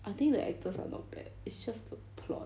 I think the actors are not bad it's just the plot